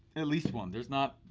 at least one. there's not,